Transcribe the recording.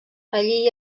allí